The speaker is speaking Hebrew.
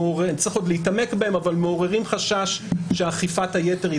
לכולנו ומערכת אכיפת החוק יקרה לכולנו,